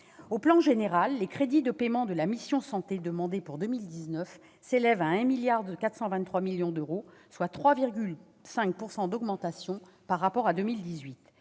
le plan général, les crédits de paiement de la mission « Santé » demandés pour 2019 s'élèvent à 1,423 milliard d'euros, soit 3,5 % d'augmentation par rapport à 2018.